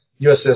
USS